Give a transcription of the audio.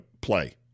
play